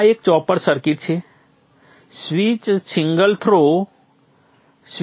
આ એક chopper circuit છે સ્વીચ સિંગલ થ્રો સ્વીચ છે